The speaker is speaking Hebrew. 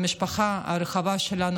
במשפחה הרחבה שלנו,